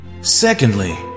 Secondly